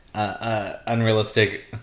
Unrealistic